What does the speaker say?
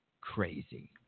crazy